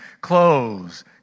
clothes